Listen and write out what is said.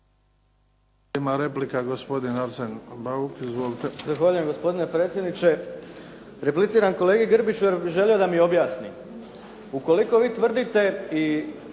svaka vam